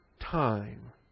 time